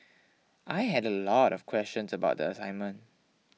I had a lot of questions about the assignment